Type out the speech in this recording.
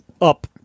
up